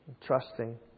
trusting